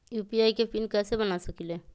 UPI के PIN कैसे बना सकीले?